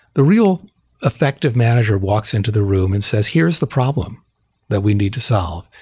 the real effective manager walks into the room and says, here's the problem that we need to solve,